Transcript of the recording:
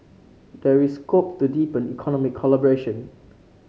there is scope to deepen economic collaboration